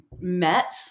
met